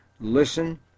listen